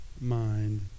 mind